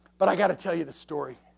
but i got to tell you this story.